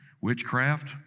witchcraft